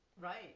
right